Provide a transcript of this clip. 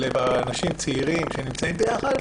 של אנשים צעירים שנמצאים ביחד.